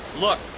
Look